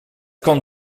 kan